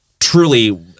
Truly